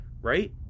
Right